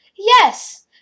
Yes